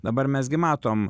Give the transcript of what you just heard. dabar mes gi matom